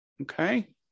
Okay